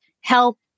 help